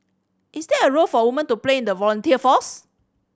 is there a role for women to play in the volunteer force